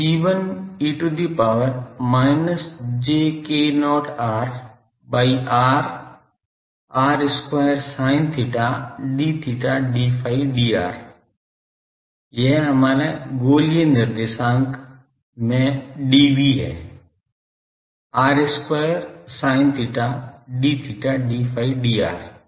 C1 e to the power minus j k0 r by r r square sin theta d theta d phi dr यह हमारा गोलीय निर्देशांक में dv है r square sin theta d theta d phi dr है